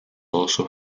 also